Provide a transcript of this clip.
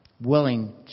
willing